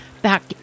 Back